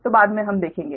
तो बाद में हम देखेंगे